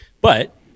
But-